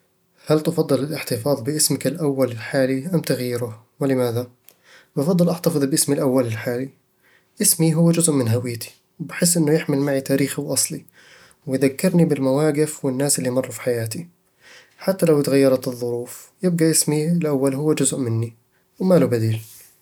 هل تفضل الاحتفاظ باسمك الأول الحالي أم تغييره؟ ولماذا؟ بفضل أحتفظ باسمي الأول الحالي اسمي هو جزء من هويتي، وبحس إنّه يحمل معي تاريخي وأصلي، ويذكرني بالمواقف والناس اللي مروا في حياتي حتى لو تغيرت الظروف أو المكان، يبقى اسمي الأول هو جزء مني، وما له بديل